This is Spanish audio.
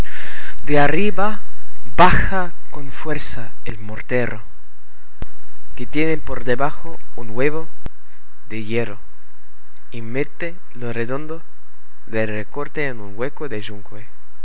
de arriba baja con fuerza el mortero que tiene por debajo un huevo de hierro y mete lo redondo del recorte en lo hueco del